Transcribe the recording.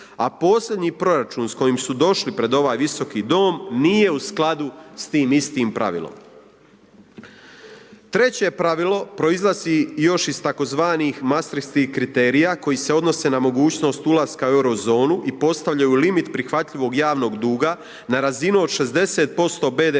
a posljednji proračun s kojim su došli pred ovaj Visoki dom nije u skladu s tim istim pravilom. Treće pravilo proizlazi još iz tzv. mastritskih kriterija koji se odnose na mogućnost ulaska u euro zonu i postavljaju limit prihvatljivog javnog duga na razinu od 60%